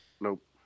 Nope